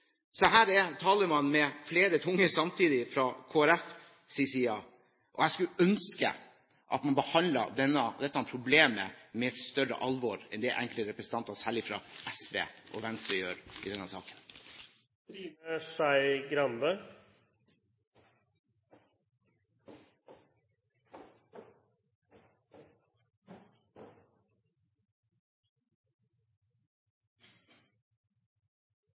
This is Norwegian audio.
Så her taler man med flere tunger samtidig fra Kristelig Folkepartis side, og jeg skulle ønske at man behandlet dette problemet med et større alvor enn det enkelte representanter fra særlig SV og Venstre gjør i denne